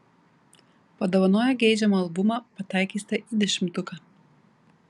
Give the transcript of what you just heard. padovanoję geidžiamą albumą pataikysite į dešimtuką